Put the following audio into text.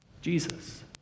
Jesus